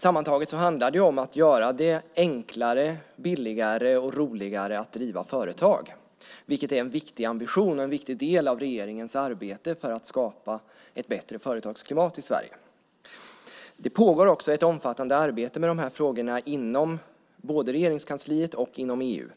Sammantaget handlar det om att göra det enklare, billigare och roligare att driva företag, vilket är en viktig ambition och en viktig del av regeringens arbete för att skapa ett bättre företagsklimat i Sverige. Det pågår också ett omfattande arbete med dessa frågor inom både Regeringskansliet och EU.